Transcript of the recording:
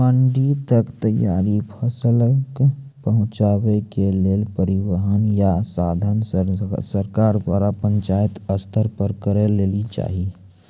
मंडी तक तैयार फसलक पहुँचावे के लेल परिवहनक या साधन सरकार द्वारा पंचायत स्तर पर करै लेली चाही?